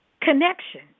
connection